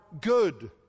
good